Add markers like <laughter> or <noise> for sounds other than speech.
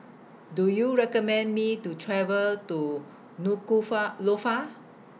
Do YOU recommend Me to travel to Nuku <unintelligible> Lofa